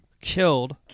killed